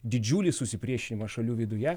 didžiulį susipriešinimą šalių viduje